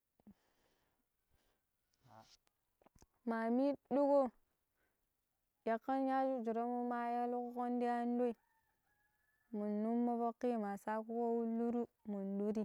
ma middiƙo yakkan yaji juramoma yaliƙon di andoi mun nummo vokki ma sake wulluru mu luri.